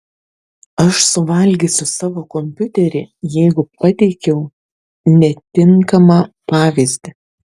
aš suvalgysiu savo kompiuterį jeigu pateikiau netinkamą pavyzdį